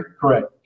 Correct